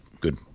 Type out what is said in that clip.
Good